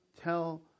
tell